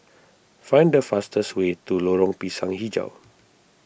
find the fastest way to Lorong Pisang HiJau